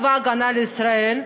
צבא ההגנה לישראל,